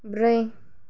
ब्रै